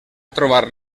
trobar